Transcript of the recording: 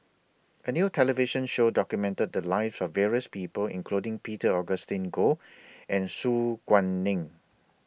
A New television Show documented The Lives of various People including Peter Augustine Goh and Su Guaning